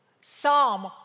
Psalm